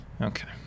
Okay